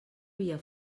via